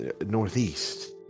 northeast